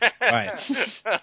Right